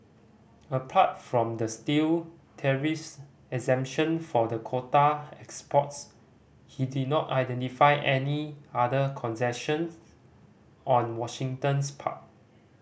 apart from the steel tariffs exemption for the quota exports he did not identify any other concessions on Washington's part